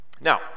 Now